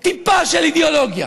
טיפה של אידיאולוגיה,